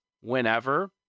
whenever